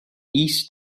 east